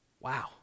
Wow